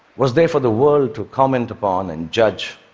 was there for the world to comment upon and judge.